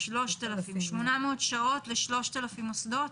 800 שעות ל-3,000 מוסדות?